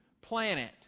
planet